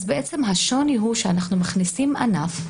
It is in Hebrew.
אז בעצם השוני הוא שאנחנו מכניסים ענף,